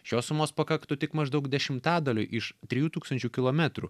šios sumos pakaktų tik maždaug dešimtadaliui iš trijų tūkstančių kilometrų